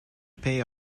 pay